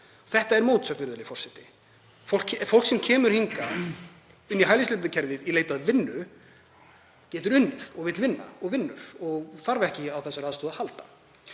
Það er mótsögn, virðulegi forseti. Fólk sem kemur hingað inn í gegnum hælisleitendakerfið í leit að vinnu getur unnið og vill vinna og vinnur og þarf ekki á þessari aðstoð að halda.